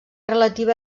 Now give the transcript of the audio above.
relativa